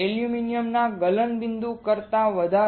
એલ્યુમિનિયમના ગલનબિંદુ કરતા વધારે